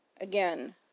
Again